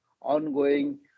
ongoing